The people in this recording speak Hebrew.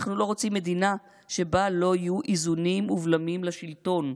אנחנו לא רוצים מדינה שבה לא יהיו איזונים ובלמים לשלטון.